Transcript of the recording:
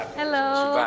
hello.